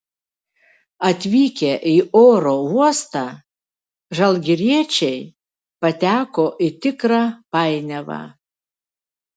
atvykę į oro uostą žalgiriečiai pateko į tikrą painiavą